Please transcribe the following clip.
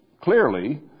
clearly